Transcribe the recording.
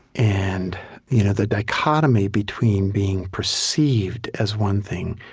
and you know the dichotomy between being perceived as one thing,